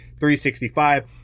365